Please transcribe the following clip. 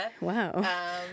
Wow